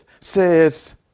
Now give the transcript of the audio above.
says